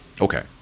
Okay